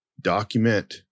document